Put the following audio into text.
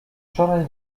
wczoraj